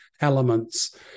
elements